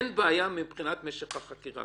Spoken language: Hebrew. אין בעיה מבחינת משך החקירה.